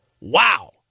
Wow